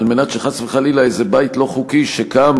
על מנת שחס וחלילה איזה בית לא חוקי שקם